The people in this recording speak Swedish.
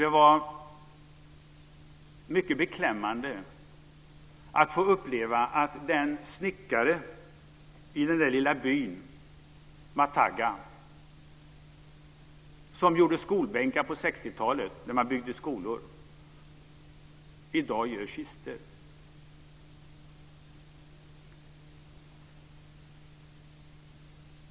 Det var mycket beklämmande att få uppleva att den snickare i den lilla byn Mataga som gjorde skolbänkar på 60-talet, när man byggde skolor, i dag gör kistor.